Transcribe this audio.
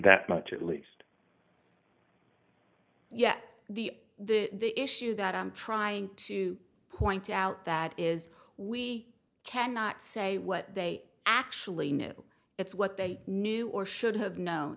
that much at least yet the the issue that i'm trying to point out that is we cannot say what they actually know if what they knew or should have known